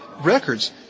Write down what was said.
records